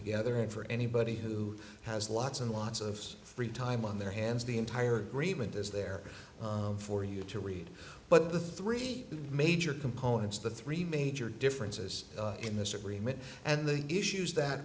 together in for anybody who has lots and lots of free time on their hands the entire grievance is there for you to read but the three major components the three major differences in this agreement and the issues that